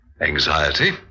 anxiety